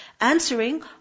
answering